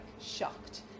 shocked